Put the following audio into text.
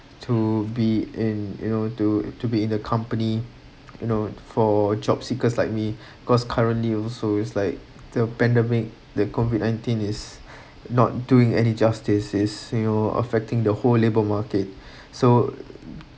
to be in you know to to be in the company you know for job seekers like me because currently also is like the pandemic the COVID nineteen is not doing any justice is you know affecting the whole labour market so